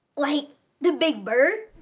like the big bird?